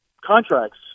contracts